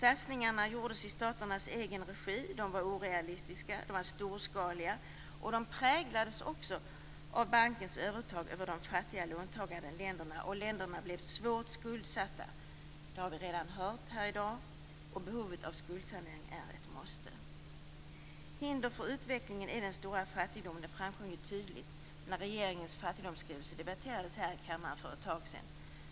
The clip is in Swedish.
Satsningarna gjordes i staternas egen regi. Länderna blev svårt skuldsatta, något som vi redan har hört här i dag. Skuldsanering är därför ett måste. Hinder för utvecklingen är den stora fattigdomen. Detta framkom tydligt när regeringens fattigdomsskrivelse debatterades i kammaren för ett tag sedan.